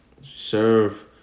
serve